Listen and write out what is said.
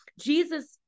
Jesus